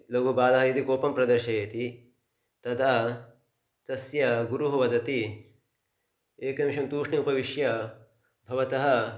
लघुबालाः इति कोपं प्रदर्शयति तदा तस्य गुरुः वदति एकनिमिषं तूष्णिमुपविश्य भवतः